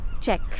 Check